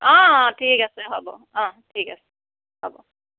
অঁ অঁ ঠিক আছে হব অঁ ঠিক আছে হব